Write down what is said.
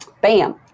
bam